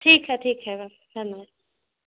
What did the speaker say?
ठीक है ठीक है धन्यवाद